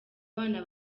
bana